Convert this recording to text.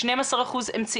אנטיתזה למה שאנחנו